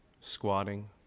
squatting